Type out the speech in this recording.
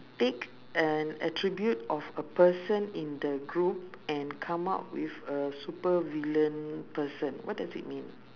pick an attribute of a person in the group and come up with a super villain person what does it mean